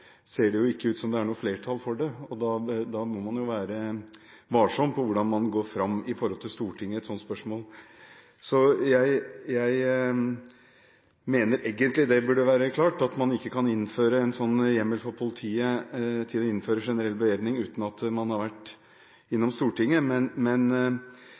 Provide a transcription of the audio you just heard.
det ellers er ingen andre partier på Stortinget som er for – er det noe flertall for det. Da må man jo være varsom med hvordan man går fram overfor Stortinget i et sånt spørsmål. Jeg mener egentlig det burde være klart at man ikke kan innføre en hjemmel om generell bevæpning for politiet uten at man har vært innom Stortinget. Men